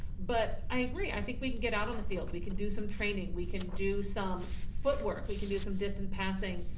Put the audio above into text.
but i agree, i think we can get out on the field. we can do some training, we can do some footwork, we can do some distance passing.